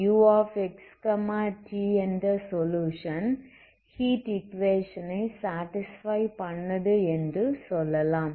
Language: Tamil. uxt என்ற சொலுயுஷன் ஹீட் ஈக்குவேஷன் ஐ சாடிஸ்ஃபை பண்ணுது என்று சொல்லலாம்